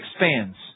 expands